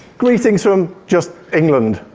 greetings from just england.